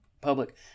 public